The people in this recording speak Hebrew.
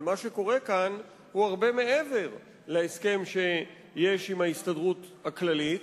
אבל מה שקורה כאן הוא הרבה מעבר להסכם שיש עם ההסתדרות הכללית,